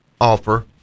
offer